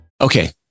Okay